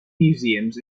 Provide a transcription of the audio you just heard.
museums